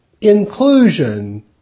inclusion